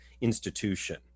institution